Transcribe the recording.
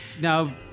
Now